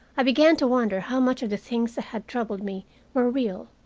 i began to wonder how much of the things that had troubled me were real,